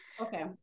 Okay